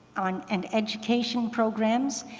on and education programs,